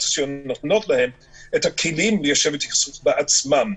הסיוע נותנות להם את הכלים ליישב את הסכסוך בעצמם.